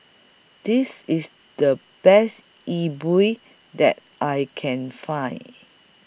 This IS The Best Yi Bua that I Can Find